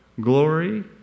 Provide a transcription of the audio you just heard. Glory